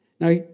Now